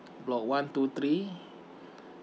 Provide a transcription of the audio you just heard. block one two three